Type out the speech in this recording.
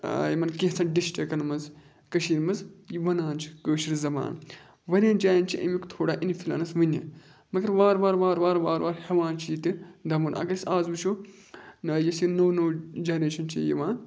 یِمَن کینٛژھن ڈِسٹرکَن منٛز کٔشیٖرِ منٛز یہِ وَنان چھِ کٲشِر زَبان واریاہَن جایَن چھِ اَمیُک تھوڑا اِنفلَنس وٕنہِ مگر وارٕ وارٕ وارٕ وارٕ وارٕ وارٕ ہٮ۪وان چھِ یہِ تہِ دَمُن اگر أسۍ آز وٕچھو یۄس یہِ نوٚو نوٚو جَنریشَن چھِ یِوان